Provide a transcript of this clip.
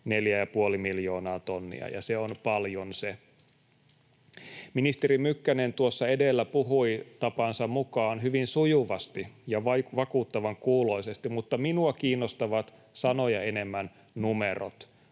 4,5 miljoonaa tonnia, ja se on paljon se. Ministeri Mykkänen tuossa edellä puhui tapansa mukaan hyvin sujuvasti ja vakuuttavan kuuloisesti, mutta minua kiinnostavat sanoja enemmän numerot,